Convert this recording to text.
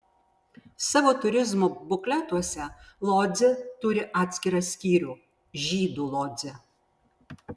savo turizmo bukletuose lodzė turi atskirą skyrių žydų lodzė